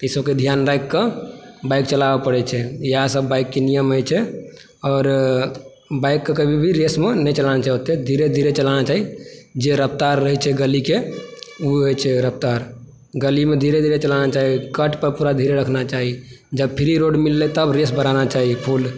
ओहिसबके ध्यान राखि कऽ बाइक चलाबऽ पड़ै छै इएह सब बाइकके नियम होइ छै और बाइकके कभी भी रेसमे नहि चलाना चाही ओतेक धीरे धीरे चलाना चाही जे रफ्तार रहै छै गलीके ओ होइ छै रफ़्तार गलीमे धीरे धीरे चलाना चाही कट पर पुरा धीरे रखना चाही जब फ्री रोड मिललै तब रेस बढ़ाना चाही फूल